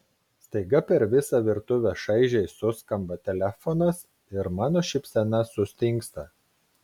staiga per visą virtuvę šaižiai suskamba telefonas ir mano šypsena sustingsta